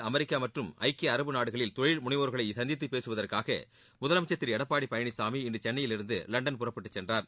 America மற்றும் ஐக்கிய அரபு நாடுகளில் முனைவோர்களை சந்தித்து பேசுவதற்காக முதலமைச்ச் திரு எடப்பாடி பழனிசாமி இன்று தொழில் சென்னையிலிருந்து லண்டன் புறப்பட்டுச் சென்றார்